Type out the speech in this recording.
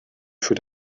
für